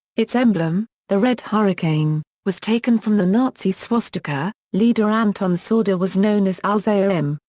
its emblem, the red hurricane, was taken from the nazi swastika, leader anton saada was known as al-za'im,